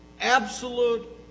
absolute